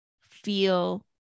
feel